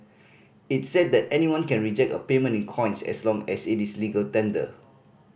it said that anyone can reject a payment in coins as long as it is legal tender